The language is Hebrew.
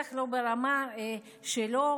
בטח לא ברמה שלו.